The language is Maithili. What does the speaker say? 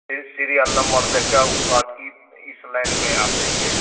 सीरिअल नम्बर देखिके ओ कहत कि इस लाइनमे आप जाइए